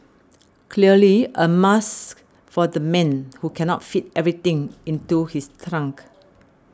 clearly a must for the man who cannot fit everything into his trunk